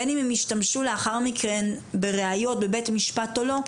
בין אם הם ישתמשו לאחר מכן בראיות בבית משפט או לא,